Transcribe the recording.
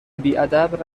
بیادب